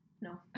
No